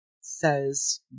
says